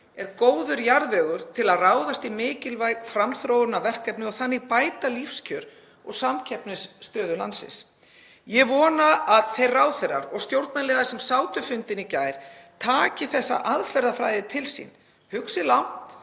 er góður jarðvegur til að ráðast í mikilvæg framþróunarverkefni og bæta þannig lífskjör og samkeppnisstöðu landsins. Ég vona að þeir ráðherrar og stjórnarliðar sem sátu fundinn í gær taki þessa aðferðafræði til sín, hugsi langt,